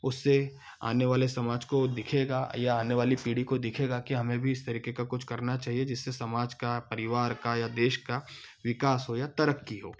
उससे आने वाले समाज को दिखेगा या आने वाली पीढ़ी को दिखेगा कि हमें भी इस तरीके का कुछ करना चाहिए जिससे समाज का परिवार का या देश का विकास हो या तरक्की हो